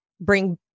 bring